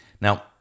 Now